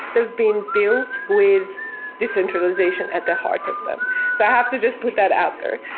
they've been built with decentralization at the heart of them. so i have to just put that out there.